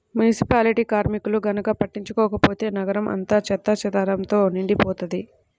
municipality కార్మికులు గనక పట్టించుకోకపోతే నగరం అంతా చెత్తాచెదారంతో నిండిపోతది